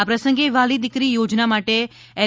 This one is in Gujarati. આ પ્રસંગે વ્હાલી દીકરી યોજના માટે એલ